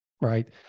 right